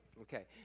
Okay